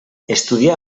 estudià